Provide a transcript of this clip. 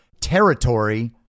territory